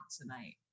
tonight